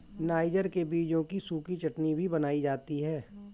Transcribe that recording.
niger के बीजों की सूखी चटनी भी बनाई जाती है